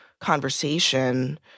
conversation